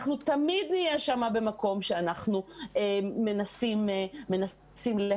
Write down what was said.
אנחנו תמיד נהיה שם במקום שאנחנו מנסים להכיל